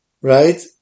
right